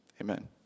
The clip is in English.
Amen